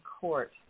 Court